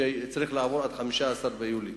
שצריך לעבור עד 15 ביולי.